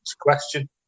question